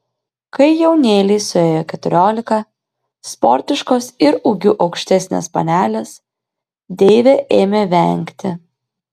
kai jaunėlei suėjo keturiolika sportiškos ir ūgiu aukštesnės panelės deivė ėmė vengti